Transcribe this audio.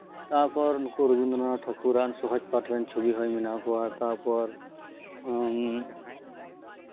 ᱛᱟᱨᱯᱚᱨ ᱱᱩᱠᱩ ᱨᱚᱨᱚᱵᱤᱱᱫᱨᱚ ᱱᱟᱛᱷ ᱴᱷᱟᱹᱠᱩᱨᱟᱜ ᱥᱚᱦᱚᱡᱽ ᱯᱟᱴᱷ ᱨᱮᱱ ᱪᱷᱚᱵᱤ ᱦᱚᱧ ᱵᱮᱱᱟᱣ ᱠᱚᱣᱟ ᱛᱟᱨᱯᱚᱨ ᱮᱫ